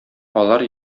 алар